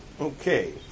Okay